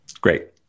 Great